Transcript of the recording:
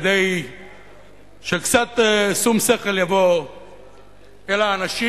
כדי שקצת שום שכל יבוא אל האנשים.